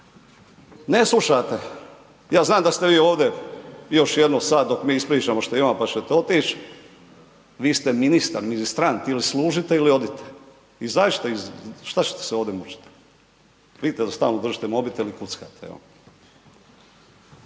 Ne slušate, ja znam da ste vi ovdje još jedno sat dok mi ispričamo što imamo pa čete otići, vi ste ministar, ministrant ili služite ili odite, izađite iz, šta ćete se ovdje mučiti. Vidite da stalno držite mobitel i kuckate.